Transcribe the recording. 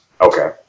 Okay